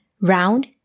round